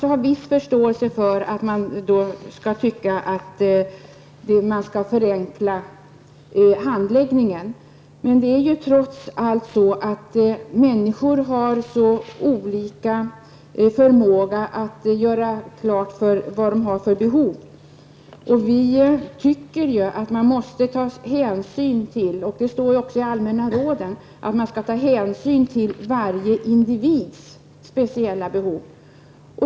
Jag har viss förståelse för att man kan tycka att handläggningen skall förenklas. Men människor har trots allt olika förmåga att göra klart för andra vilka behov de har. Man måste alltså -- och det sägs också i de allmänna råden -- ta hänsyn till varje individs speciella behov.